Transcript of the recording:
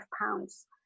pounds